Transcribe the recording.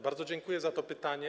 Bardzo dziękuję za to pytanie.